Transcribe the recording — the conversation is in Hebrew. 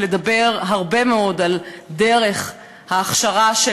ולדבר הרבה מאוד על דרך ההכשרה של